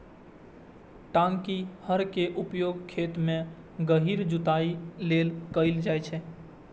टांकी हर के उपयोग खेत मे गहींर जुताइ लेल कैल जाइ छै